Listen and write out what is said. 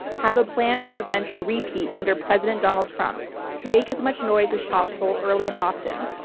have a plan to prevent a repeat under president donald trump make as much noise as possible, early and often.